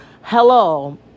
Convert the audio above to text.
hello